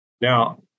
Now